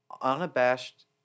unabashed